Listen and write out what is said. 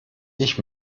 ich